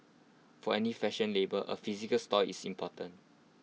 for any fashion label A physical store is important